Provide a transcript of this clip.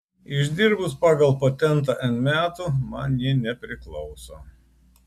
išdirbus pagal patentą n metų man ji nepriklauso